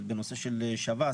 בנושא שב"ס,